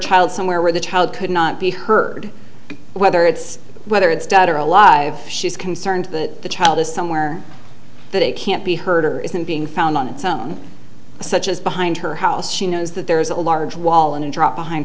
child somewhere where the child could not be heard whether it's whether it's dead or alive she's concerned that the child is somewhere that it can't be heard or isn't being found on its own such as behind her house she knows that there is a large wall and drop behind